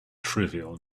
trivial